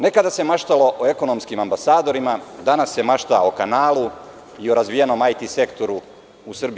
Nekada se maštalo o ekonomskim ambasadorima, a danas se mašta o kanalu i o razvijenom IT sektoru u Srbiji.